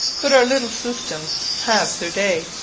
but our little systems have their day,